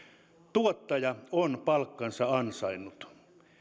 tuottaja on palkkansa ansainnut